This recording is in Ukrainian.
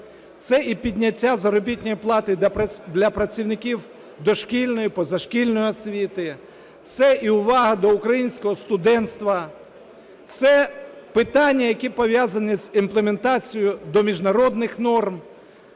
Це і підняття заробітної плати для працівників дошкільної, позашкільної освіти, це і увага до українського студентства, це питання, які пов'язані з імплементацією до міжнародних норм.